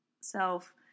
self